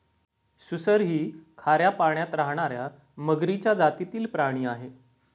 सुसर ही खाऱ्या पाण्यात राहणार्या मगरीच्या जातीतील प्राणी आहे